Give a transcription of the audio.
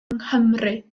nghymru